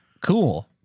Cool